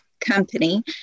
company